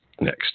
next